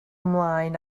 ymlaen